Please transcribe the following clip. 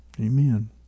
Amen